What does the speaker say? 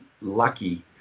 lucky